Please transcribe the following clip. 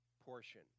portion